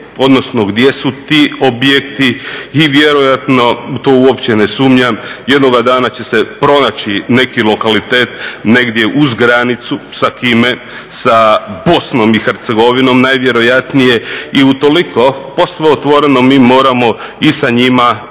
odnosno gdje su ti objekti i vjerojatno, u to uopće ne sumnjam, jednoga dana će se pronaći neki lokalitet negdje uz granicu. Sa kime? Sa BiH najvjerojatnije i u toliko posve otvoreno mi moramo i sa njima o